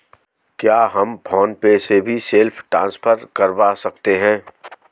क्या हम PhonePe से भी सेल्फ ट्रांसफर करवा सकते हैं?